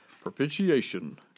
propitiation